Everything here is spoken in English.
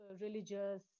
religious